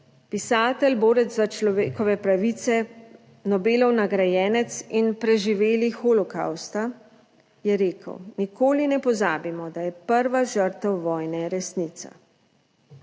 pisatelj, borec za človekove pravice, Nobelov nagrajenec in preživeli holokavsta, je rekel: "Nikoli ne pozabimo, da je prva žrtev vojne resnica."